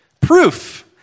proof